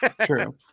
true